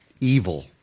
Evil